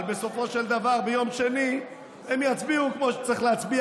אבל בסופו של דבר ביום שני הם יצביעו כמו שצריך להצביע.